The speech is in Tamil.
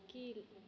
கீழ்